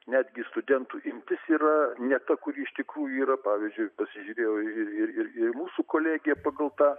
netgi studentų imtis yra ne ta kuri iš tikrųjų yra pavyzdžiui pasižiūrėjau ir ir ir irmūsų kolegija pagal tą